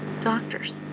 doctors